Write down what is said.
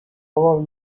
وام